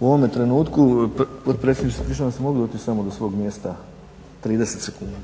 U ovome trenutku, potpredsjedniče ispričavam se mogu li otići samo do svog mjesta 30 sekundi?